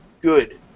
good